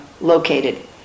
located